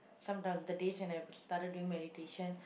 sometimes the days when I started doing meditation